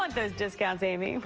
want those discount, amy.